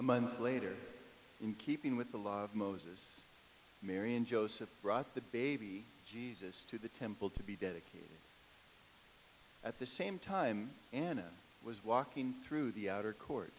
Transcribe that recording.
a month later in keeping with the law of moses mary and joseph brought the baby jesus to the temple to be dead at the same time and was walking through the outer court